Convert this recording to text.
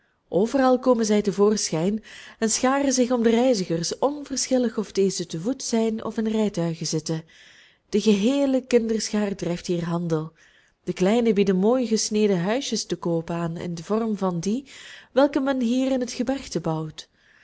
overal komen zij te voorschijn en scharen zich om de reizigers onverschillig of dezen te voet zijn of in rijtuigen zitten de geheele kinderschaar drijft hier handel de kleinen bieden mooi gesneden huisjes te koop aan in den vorm van die welke men hier in het gebergte bouwt